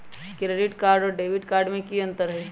Credit card और debit card में की अंतर हई?